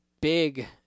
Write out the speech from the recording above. big